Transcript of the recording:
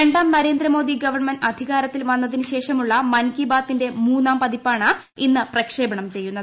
രണ്ടാം നരേന്ദ്രമോദി ഗവൺമെന്റ് അധികാരത്തിൽ വന്നതിന് ശേഷമുള്ള മൻ കി ബാത്തിന്റെ മൂന്നാം പതിപ്പാണ് ഇന്ന് പ്രക്ഷേപണം ചെയ്യുന്നത്